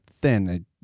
thin